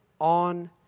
on